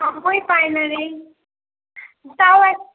সময় পাইনা রে তাও এক